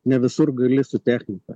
ne visur gali su technika